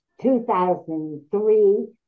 2003